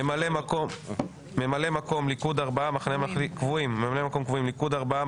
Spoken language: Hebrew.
ממלאי מקום קבועים: ליכוד ארבעה,